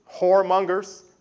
whoremongers